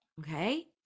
Okay